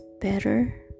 better